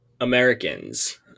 Americans